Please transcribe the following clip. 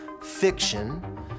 fiction